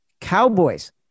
Cowboys